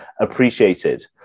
appreciated